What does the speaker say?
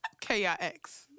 K-I-X